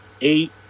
eight